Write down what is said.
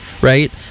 right